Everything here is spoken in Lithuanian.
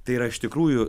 tai yra iš tikrųjų